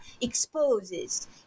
exposes